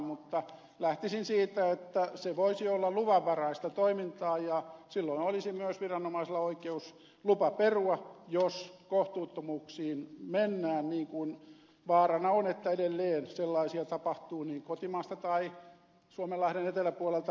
mutta lähtisin siitä että se voisi olla luvanvaraista toimintaa jolloin olisi myös viranomaisilla oikeus perua lupa jos kohtuuttomuuksiin mennään kun vaarana on että edelleen sellaisia tapahtuu niin kotimaasta kuin suomenlahden eteläpuolelta hoidettuna